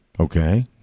Okay